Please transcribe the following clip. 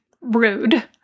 rude